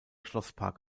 schlosspark